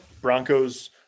Broncos